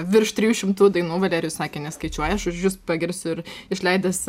virš trijų šimtų dainų valerijus sakė neskaičiuoja aš už jus pagirsiu ir išleidęs